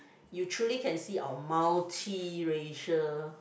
you truly can see our multiracial